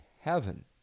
heaven